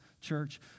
church